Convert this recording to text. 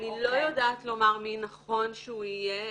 אני לא יודעת לומר מי נכון שהוא יהיה,